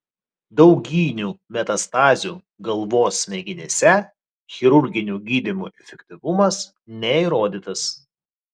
dauginių metastazių galvos smegenyse chirurginio gydymo efektyvumas neįrodytas